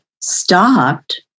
stopped